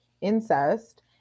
incest